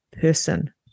person